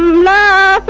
la